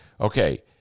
okay